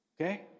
Okay